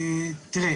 שם,